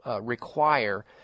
require